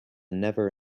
never